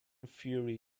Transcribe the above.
fury